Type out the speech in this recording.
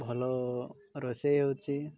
ଭଲ ରୋଷେଇ ହେଉଛି